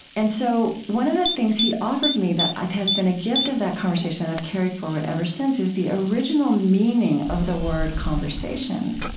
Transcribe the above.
and so one of the things he offered me that has been a gift of that conversation i've carried forward ever since is the original meaning of the word conversation.